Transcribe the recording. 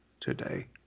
today